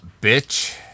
bitch